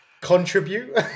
contribute